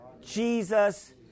Jesus